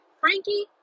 Frankie